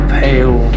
pale